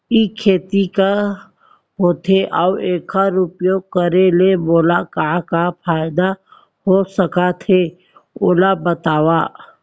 ई खेती का होथे, अऊ एखर उपयोग करे ले मोला का का फायदा हो सकत हे ओला बतावव?